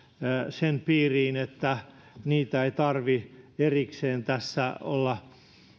sen piiriin että niitä ei tarvitse erikseen tässä olla